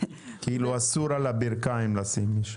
אסור על הברכיים לשים מישהו.